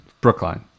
Brookline